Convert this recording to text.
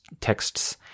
texts